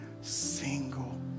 single